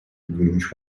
gümüş